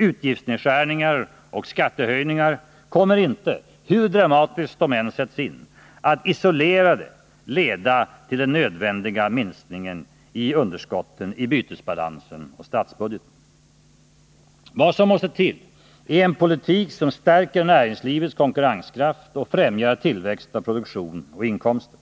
Utgiftsnedskärningar och skattehöjningar kommer inte — hur dramatiskt de än sätts in — att isolerade leda till den nödvändiga minskningen i underskotten i bytesbalansen och statsbudgeten. Vad som måste till är en politik som stärker näringslivets konkurrenskraft och främjar tillväxt av produktion och inkomster.